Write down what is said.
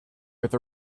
with